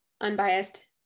unbiased